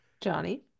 johnny